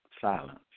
silence